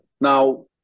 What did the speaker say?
Now